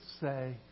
say